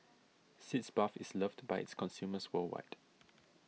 Sitz Bath is loved by its customers worldwide